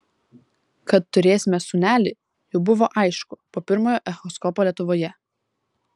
kad turėsime sūnelį jau buvo aišku po pirmojo echoskopo lietuvoje